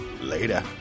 later